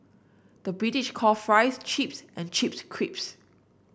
the British call fries chips and chips crisps